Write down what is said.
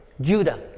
Judah